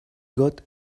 got